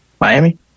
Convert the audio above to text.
Miami